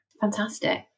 fantastic